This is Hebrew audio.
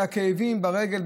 היו כאבים ברגל,